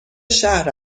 شهر